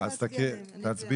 נצביע.